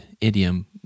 idiom